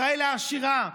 ישראל העשירה,